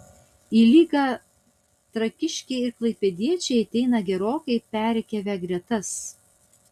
į lygą trakiškiai ir klaipėdiečiai ateina gerokai perrikiavę gretas